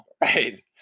right